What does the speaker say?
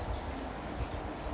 ya